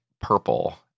Purple